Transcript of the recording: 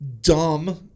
dumb